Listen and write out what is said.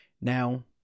Now